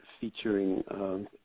featuring